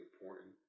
important